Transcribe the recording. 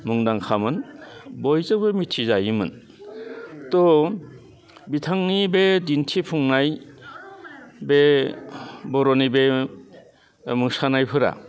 मुंदांखामोन बयजोंबो मिथिजायोमोन थ' बिथांनि बे दिन्थिफुंनाय बे बर'नि बे मोसानायफोरा